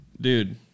Dude